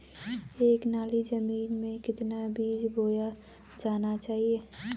एक नाली जमीन में कितना बीज बोया जाना चाहिए?